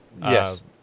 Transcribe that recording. Yes